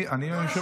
אני היושב-ראש כאן.